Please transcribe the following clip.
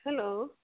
hello